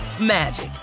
magic